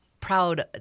proud